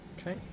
Okay